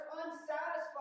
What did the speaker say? unsatisfied